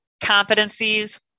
competencies